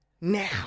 Now